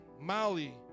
Mali